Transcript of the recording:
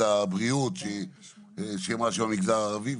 הבריאות שהיא אמרה שהיא מהמגזר הערבי,